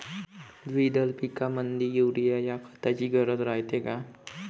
द्विदल पिकामंदी युरीया या खताची गरज रायते का?